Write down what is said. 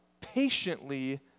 patiently